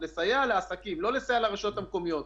זה לבדו 140 מיליון שקל שהרשויות איבדו ואין מי שיעזור,